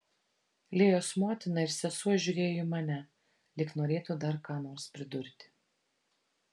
lėjos motina ir sesuo žiūrėjo į mane lyg norėtų dar ką nors pridurti